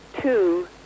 two